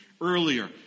earlier